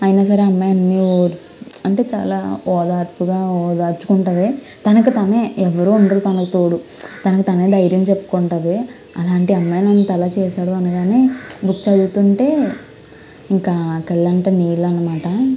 అయినా సరే అమ్మాయిని అన్నీ ఓర్చు అంటే చాలా ఓదార్పుగా ఓదార్చుకుంటది తనకు తానే ఎవరు ఉండరు తనకు తోడు తనకు తనే ధైర్యం చెప్పుకుంటది అలాంటి అమ్మాయిని అంతలా చేసాడు అని బుక్ చదువుతుంటే ఇంకా కళ్ళ అంట నీళ్ళన్నమాట